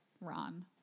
Ron